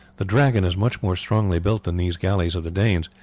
the dragon is much more strongly built than these galleys of the danes,